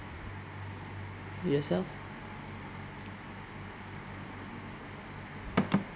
yourself